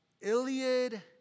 Iliad